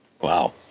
Wow